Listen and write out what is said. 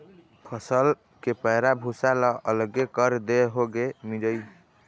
फसल के पैरा भूसा ल अलगे कर देए होगे मिंजई